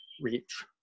reach